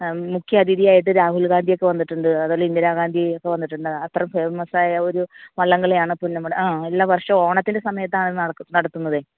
മുഖ്യ അതിഥിയായിട്ട് രാഹുൽ ഗാന്ധി ഒക്കെ വന്നിട്ടുണ്ട് അതല്ല ഇന്ദിരാഗാന്ധി ഒക്കെ വന്നിട്ടുണ്ട് അത്ര ഫേമസ് ആയ ഒരു വള്ളംകളി ആണ് പുന്നമട ആ എല്ലാ വർഷം ഓണത്തിൻ്റെ സമയത്താണ് നടക്ക് നടത്തുന്നതേ